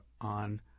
on